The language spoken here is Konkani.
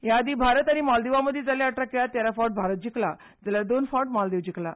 ह्या आदी भारतआनी मालदिवामदी जाल्ल्या अठरा खेळात तेरा फावट भारत जिखला जाल्यार दोन फावट मालदिव जिखला